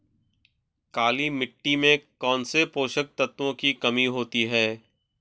काली मिट्टी में कौनसे पोषक तत्वों की कमी होती है?